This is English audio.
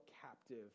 captive